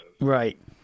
Right